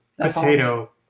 Potato